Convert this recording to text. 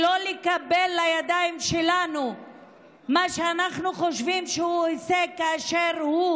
לא נקבל לידיים שלנו מה שאנחנו חושבים שהוא הישג כאשר הוא